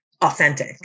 authentic